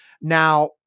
Now